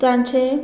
तांचे